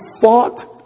fought